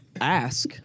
ask